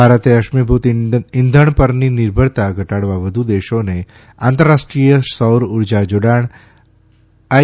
ભારતે અશ્મીભૂત ઇંઘણ પરની નિર્ભરતા ઘટાડવા વધુ દેશોને આંતરરાષ્ટ્રીય સૌર ઉર્જા જોડાણ આઇ